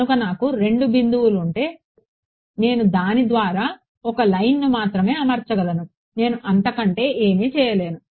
కనుక నాకు రెండు బిందువులు ఉంటే నేను దాని ద్వారా ఒక లైన్ను మాత్రమే అమర్చగలను నేను అంతకంటే ఏమీ చేయలేను